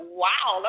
wow